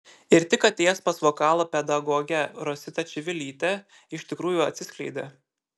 ir tik atėjęs pas vokalo pedagogę rositą čivilytę iš tikrųjų atsiskleidė